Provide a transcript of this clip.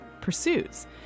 pursuits